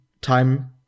time